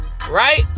Right